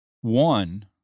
one